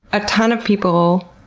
a ton of people,